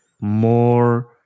more